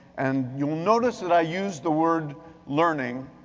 and you'll notice that i used the word learning.